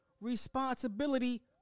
responsibility